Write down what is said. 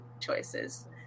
choices